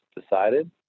decided